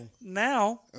Now